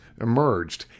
emerged